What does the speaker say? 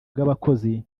bw’abakozi